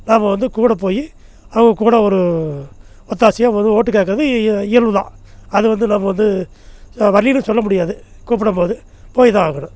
நாம் வந்து கூட போய் அவங்க கூட ஒரு ஒத்தாசையாக வந்து ஓட்டு கேட்கறது இ இயல்பு தான் அது வந்து நம்ம வந்து வரலீன்னு சொல்ல முடியாது கூப்புடும் போது போய் தான் ஆகணும்